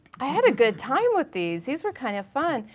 i had a good time with these! these were kinda fun.